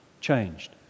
changed